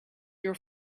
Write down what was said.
your